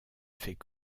fait